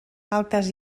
altes